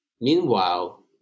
meanwhile